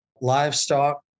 livestock